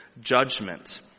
judgment